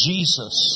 Jesus